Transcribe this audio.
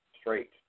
straight